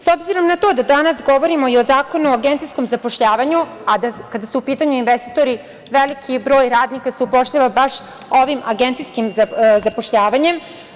S obzirom na to da danas govorimo i o Zakonu o agencijskom zapošljavanju, a kada su u pitanju investitori veliki broj radnika se upošljava baš ovim agencijskim zapošljavanjem.